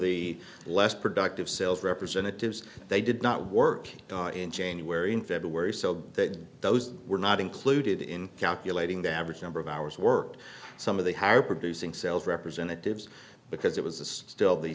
the less productive sales representatives they did not work in january in february so that those were not included in calculating the average number of hours worked some of the higher producing sales representatives because it was still the